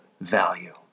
value